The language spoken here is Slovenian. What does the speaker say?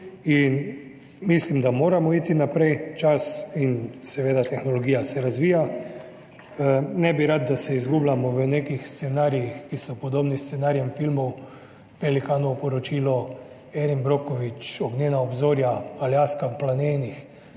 in mislim, da moramo iti naprej, tehnologija se seveda razvija. Ne bi rad, da se izgubljamo v nekih scenarijih, ki so podobni scenarijem filmov Pelikanovo poročilo, Erin Brokovich, Ognjeno obzorje, Aljaska v plamenih.